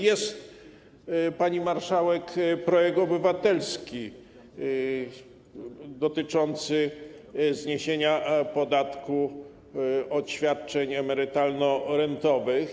Jest natomiast, pani marszałek, projekt obywatelski dotyczący zniesienia podatku od świadczeń emerytalno-rentowych.